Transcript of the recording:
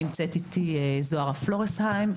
נמצאת איתי זוהרה פלורנסהיים,